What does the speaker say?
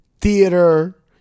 theater